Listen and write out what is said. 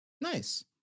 Nice